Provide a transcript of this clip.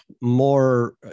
more